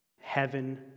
Heaven